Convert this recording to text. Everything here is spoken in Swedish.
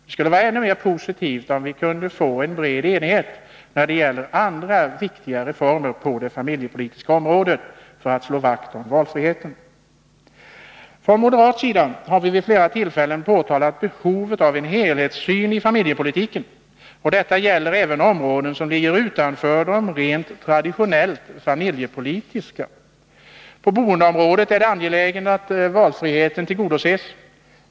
Det skulle vara ännu mera positivt om vi kunde få en bred enighet när det gäller andra viktiga reformer på det familjepolitiska området för att slå vakt om valfriheten. Från moderat sida har vi vid flera tillfällen pekat på behovet av en helhetssyn i familjepolitiken. Detta gäller även områden som ligger utanför de rent traditionellt familjepolitiska. På boendeområdet är det angeläget att valfriheten tillgodoses.